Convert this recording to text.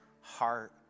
heart